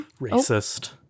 racist